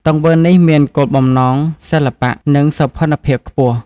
ទង្វើនេះមានគោលបំណងសិល្បៈ និងសោភ័ណភាពខ្ពស់។